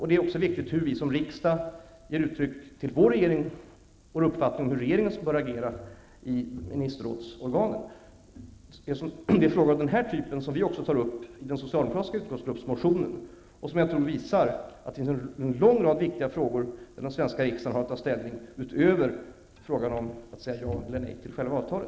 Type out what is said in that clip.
Det är också viktigt hur vi som riksdag ger uttryck för vår regering vår uppfattning om hur regeringen bör agera i ministerrådsorganen. Det är frågor av den typen som vi också tar upp i den socialdemokratiska utskottsgruppsmotionen. Det visar att det finns en lång rad viktiga frågor som den svenska riksdagen har att ta ställning till utöver frågan att säga ja eller nej till själva avtalet.